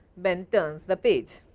ben turns the page.